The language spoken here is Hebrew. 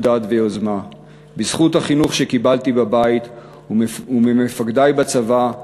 דעת ויוזמה בזכות החינוך שקיבלתי בבית וממפקדי בצבא,